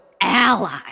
ally